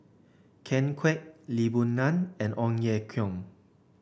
Ken Kwek Lee Boon Ngan and Ong Ye Kung